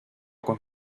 con